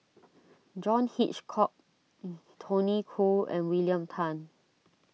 John Hitchcock Tony Khoo and William Tan